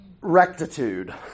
rectitude